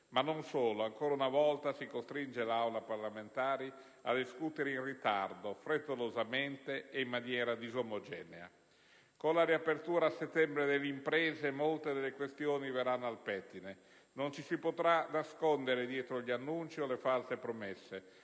Ma non solo: ancora una volta, si costringono le Aule parlamentari a discutere in ritardo, frettolosamente ed in maniera disomogenea. Con la riapertura a settembre delle imprese molte delle questioni verranno al pettine, non ci si potrà nascondere dietro gli annunci o le false promesse: